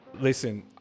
Listen